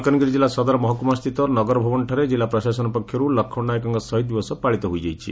ମାଲକାନଗିରି ଜିଲ୍ଲା ସଦର ମହକୁମା ସ୍ଥିତ ନଗର ଭବନଠାରେ ଜିଲ୍ଲା ପ୍ରଶାସନ ପକ୍ଷରୁ ଲକ୍ଷୁଣ ନାଏକଙ୍କ ଶହୀଦ୍ ଦିବସ ପାଳିତ ହୋଇଯାଇଛି